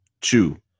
chew